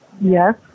yes